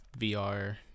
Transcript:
VR